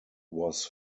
was